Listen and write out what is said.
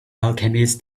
alchemist